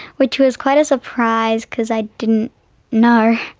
which was quite a surprise, cause i didn't know.